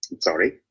sorry